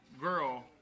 girl